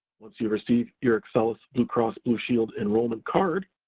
once you receive your excellus bluecross blueshield enrollment card,